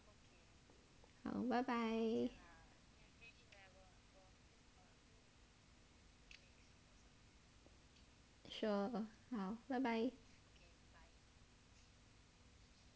好 bye bye sure 好 bye bye